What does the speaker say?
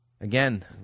Again